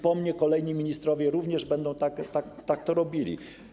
Po mnie kolejni ministrowie również będą tak to robili.